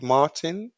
Martin